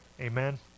Amen